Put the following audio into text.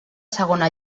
segona